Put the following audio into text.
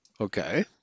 Okay